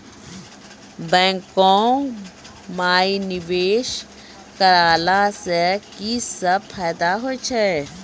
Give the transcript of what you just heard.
बैंको माई निवेश कराला से की सब फ़ायदा हो छै?